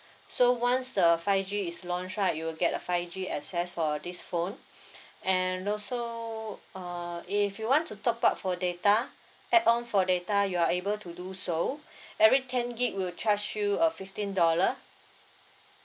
so once uh five G is launch right you will get a five G access for this phone and also uh if you want to top up for data add on for data you are able to do so every ten gig will charge you a fifteen dollar